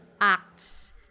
acts